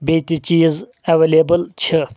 بیٚیہِ تہِ چیٖز اٮ۪ویلیبٕل چھِ